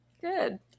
Good